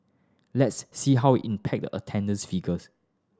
let's see how impact attendance figures